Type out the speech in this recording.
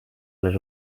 les